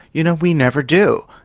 you know, we never do.